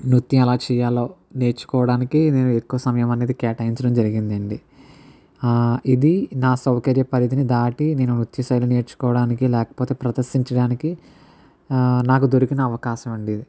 నృత్యము ఎలా చేయాలో నేర్చుకోవడానికే నేను ఎక్కువ సమయము అనేది కేటాయించడం జరిగింది అండి ఇది నా సౌకర్య పరిధిని దాటి నేను నృత్య శైలి నేర్చుకోవడానికి లేకపోతే ప్రదర్శించడానికి నాకు దొరికిన అవకాశము అండి ఇది